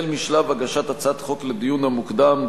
החל משלב הגשת הצעת חוק לדיון המוקדם,